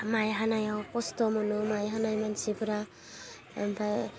माय हानायाव खस्थ' मोनो माय हानाय मानसिफ्रा आमफाय